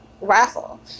raffle